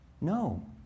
No